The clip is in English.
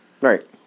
Right